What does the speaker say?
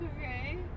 Okay